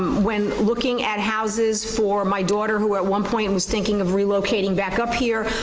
when looking at houses for my daughter who at one point and was thinking of relocating back up here,